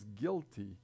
guilty